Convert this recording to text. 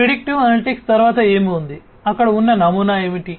predictive analytics తరువాత ఏమి ఉంది అక్కడ ఉన్న నమూనా ఏమిటి